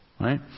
right